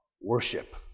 worship